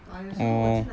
orh